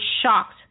shocked